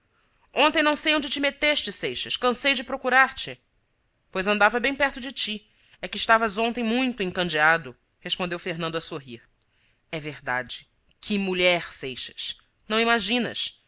ontem não sei onde te meteste seixas cansei de procurar-te pois andava bem perto de ti é que estavas ontem muito encandeado respondeu fernando a sorrir é verdade que mulher seixas não imaginas